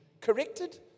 corrected